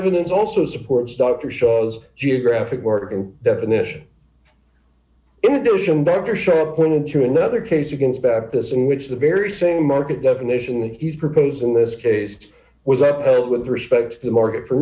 evidence also supports dr shows geographic working definition in addition better shot point into another case against baptists in which the very same market definition that he's proposed in this case was upheld with respect to the market for